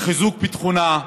לחיזוק ביטחונה,